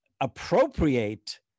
appropriate